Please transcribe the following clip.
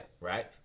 Right